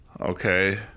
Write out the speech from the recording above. Okay